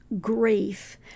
grief